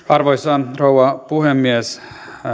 arvoisa rouva puhemies